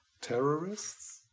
terrorists